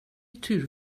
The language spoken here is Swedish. tur